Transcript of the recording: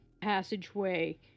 passageway